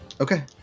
Okay